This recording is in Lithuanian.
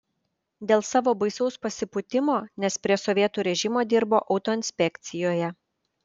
dėl savo baisaus pasipūtimo nes prie sovietų režimo dirbo autoinspekcijoje